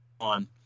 on